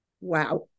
Wow